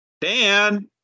Dan